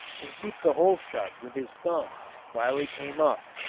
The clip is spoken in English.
and keep the hole shut with his thumb while he came up.